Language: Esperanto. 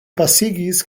pasigis